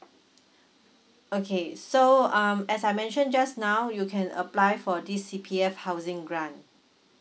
okay so um as I mentioned just now you can apply for this C_P_F housing grant